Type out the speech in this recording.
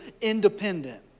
independent